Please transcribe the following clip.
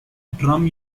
drum